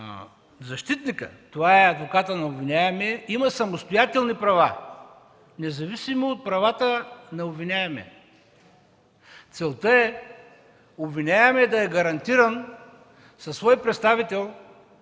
защитникът - това е адвокатът на обвиняемия, има самостоятелни права, независимо от правата на обвиняемия. Целта е обвиняемият да е гарантиран със свой представител,